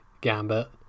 gambit